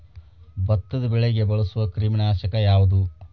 ಭತ್ತದ ಬೆಳೆಗೆ ಬಳಸುವ ಕ್ರಿಮಿ ನಾಶಕ ಯಾವುದು?